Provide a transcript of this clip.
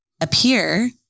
appear